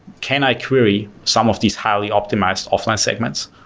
can i query some of these highly optimized offline segments,